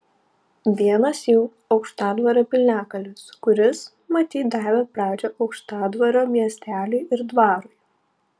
vienas jų aukštadvario piliakalnis kuris matyt davė pradžią aukštadvario miesteliui ir dvarui